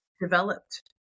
developed